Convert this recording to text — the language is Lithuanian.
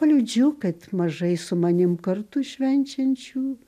liūdžiu kad mažai su manim kartu švenčiančių